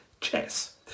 chess